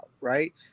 right